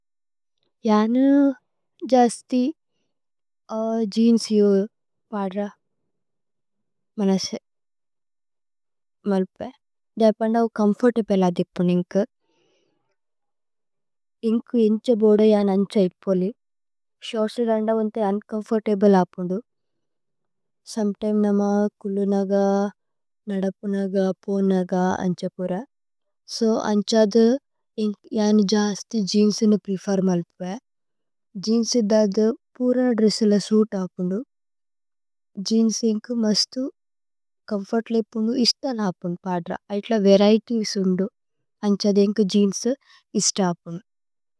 ജാനു ജസ്തി ജേഅന്സ് ഇഉ പദ്ര മനസേ। മല്പേ ദേപേന്ദ ഉ ചോമ്ഫോര്തബ്ലേ അദി ഇപുന് ഇന്കു ഇന്കു। ഇന്ഛ ബോദു ജാന് അന്ഛ ഇപോലി ശോര്ത്സി ദന്ദ വന്തേ। ഉന്ചോമ്ഫോര്തബ്ലേ അപുന്ദു സോമേതിമേ നമ കുലുനഗ। നദപുനഗ പോനുനഗ അന്ഛ പുര സോ അന്ഛ അദു ഇന്കു। ജാനു ജസ്തി ജേഅന്സു നി പ്രേഫേര് മല്പേ ജേഅന്സു ദദ। പുര ദ്രേസ്സു ല സുഇത് അപുന്ദു ജേഅന്സു ഇന്കു മസ്തു। ചോമ്ഫോര്തബ്ലേ ഇപുനു ഇശ്ത ല അപുന്ദു പദ്ര ഐത ല। വരിഏതിഏസ് ഉന്ദുഅന്ഛ അദു ഇന്കു ജേഅന്സു ഇശ്ത അപുന്ദു।